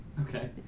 Okay